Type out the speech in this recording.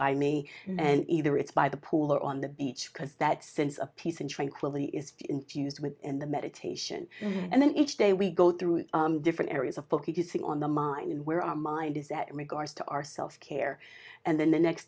by me and either it's by the pool or on the beach because that sense of peace and tranquility is infused with and the meditation and then each day we go through different areas of focusing on the mind and where our mind is that regards to ourselves care and then the next